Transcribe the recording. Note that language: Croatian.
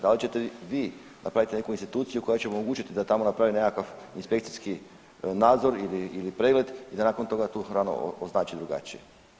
Da li ćete vi napraviti neku instituciju koja će omogućiti da tamo napravi nekakav inspekcijski nadzor ili pregled i da nakon toga tu hranu označi drugačije.